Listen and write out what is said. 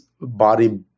body